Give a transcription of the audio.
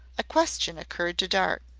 a question occurred to dart.